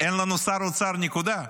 אין לנו שר אוצר, נקודה.